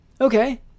Okay